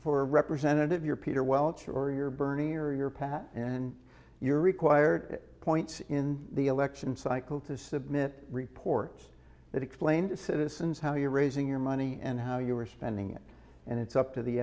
a representative you're peter welch or you're bernie or you're pat and you're required points in the election cycle to submit reports that explain to citizens how you're raising your money and how you are spending it and it's up to the